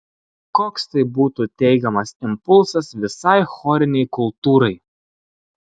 koks tai būtų teigiamas impulsas visai chorinei kultūrai